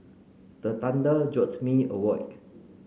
the thunder jolts me awake